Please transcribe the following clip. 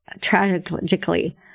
tragically